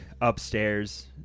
upstairs